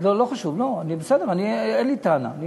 לא, לא חשוב, בסדר, אין לי טענה.